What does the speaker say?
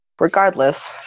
Regardless